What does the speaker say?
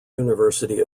university